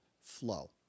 flow